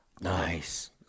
nice